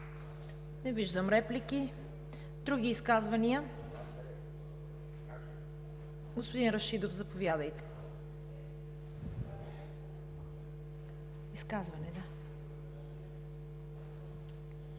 Не виждам реплики. Други изказвания? Господин Рашидов, заповядайте. ВЕЖДИ